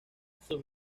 sus